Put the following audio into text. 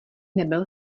nebyl